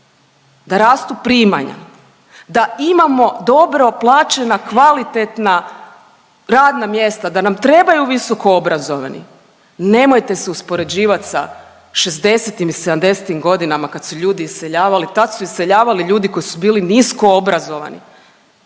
da rastu primanja, da imamo dobro plaćena i kvalitetna radna mjesta, da nam trebaju visokoobrazovani, nemojte se uspoređivat sa '60.-tim i '70.-tim godinama kad su ljudi iseljavali, tad su iseljavali ljudi koji su bili nisko obrazovani.